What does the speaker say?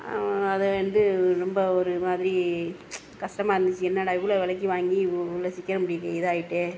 அது வந்து ரொம்ப ஒரு மாதிரி கஷ்டமா இருந்துச்சு என்னடா இவ்வளோ விலைக்கி வாங்கி இவ் இவ்வளோ சீக்கரம் இப்படி இதாக ஆகிட்டே